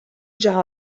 già